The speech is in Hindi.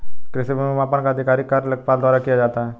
कृषि भूमि मापन का आधिकारिक कार्य लेखपाल द्वारा किया जाता है